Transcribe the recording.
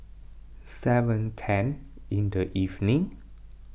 seven ten in the evening